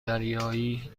دریایی